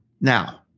Now